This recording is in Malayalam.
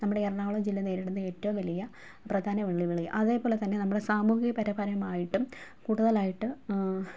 നമ്മുടെ ഈ എറണാകുളം ജില്ല നേരിടുന്ന ഏറ്റവും വലിയ പ്രധാന വെല്ലുവിളി അതേപോലെ തന്നെ നമ്മുടെ സാമൂഹികപരമായിട്ടും കൂടുതലായിട്ട്